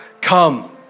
come